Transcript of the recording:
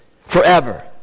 forever